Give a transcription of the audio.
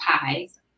pies